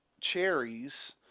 cherries